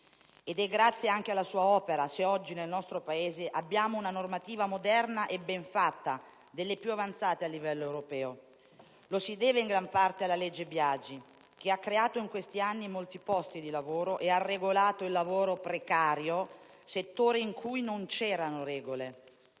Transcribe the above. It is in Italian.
ed è grazie anche alla sua opera se oggi nel nostro Paese abbiamo una normativa moderna e ben fatta, delle più avanzate a livello europeo. Lo si deve in gran parte alla «legge Biagi», che ha creato in questi anni molti posti di lavoro e ha regolato il lavoro precario, settore in cui non c'erano regole.